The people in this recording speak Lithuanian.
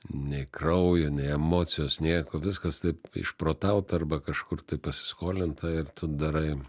nei kraujo nei emocijos nieko viskas taip išprotauta arba kažkur pasiskolinta ir tu darai